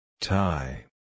Tie